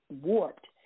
warped